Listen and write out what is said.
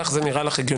כך נראה לך הגיוני.